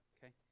Okay